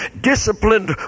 disciplined